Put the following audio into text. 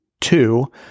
two